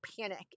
panic